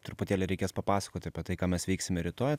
truputėlį reikės papasakot apie tai ką mes veiksime rytoj